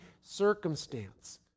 circumstance